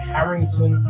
Harrington